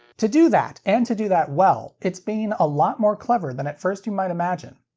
to do that and to do that well it's being a lot more clever than at first you might imagine.